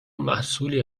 محصولی